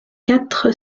quatre